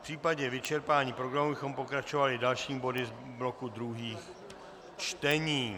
V případě vyčerpání programu bychom pokračovali dalšími body z bloku druhých čtení.